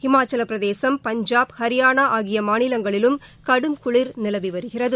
இமாச்சலப்பிரதேசம் பஞ்சாப் ஹரியானா ஆகிய மாநிலங்களிலும் கடும் குளிர் நிலவி வருகிறது